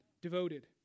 devoted